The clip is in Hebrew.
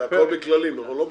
זה הכול בכללים, אנחנו לא בחוק.